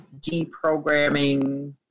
deprogramming